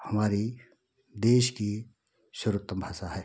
हमारी देश की सर्वोत्तम भाषा है